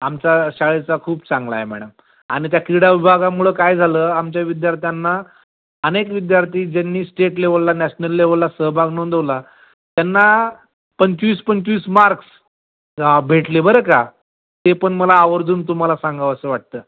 आमचा शाळेचा खूप चांगला आहे मॅडम आणि त्या क्रीडा विभागामुळं काय झालं आमच्या विद्यार्थ्यांना अनेक विद्यार्थी ज्यांनी श्टेट लेवलला नॅशनल लेवलला सहभाग नोंदवला त्यांना पंचवीस पंचवीस मार्क्स भेटले बरं का ते पण मला आवर्जून तुम्हाला सांगावं असं वाटतं